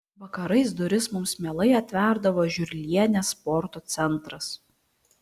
vakarais duris mums mielai atverdavo žiurlienės sporto centras